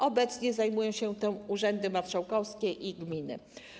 Obecnie zajmują się tym urzędy marszałkowskie i gminy.